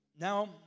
Now